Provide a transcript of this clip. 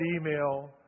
email